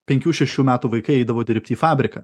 penkių šešių metų vaikai eidavo dirbti į fabriką